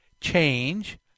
change